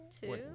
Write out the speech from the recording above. Two